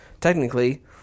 technically